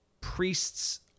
priests